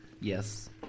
Yes